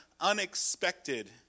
unexpected